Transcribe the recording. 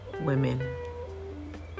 Women